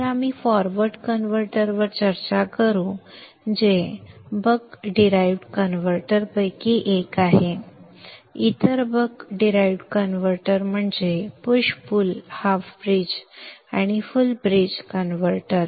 तर आपण फॉरवर्ड कन्व्हर्टरवर चर्चा करू जे बक डिराईव्हड कन्व्हर्टर पैकी एक आहे इतर बक डिराईव्हड कन्व्हर्टर म्हणजे पुश पुल हाफ ब्रिज आणि फुल ब्रिज कन्व्हर्टर